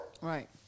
Right